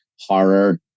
horror